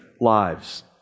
lives